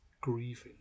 grieving